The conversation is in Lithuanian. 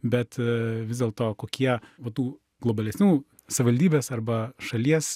bet vis dėlto kokie va tų globalesnių savivaldybės arba šalies